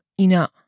ina